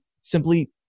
simply